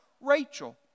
Rachel